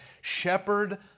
shepherd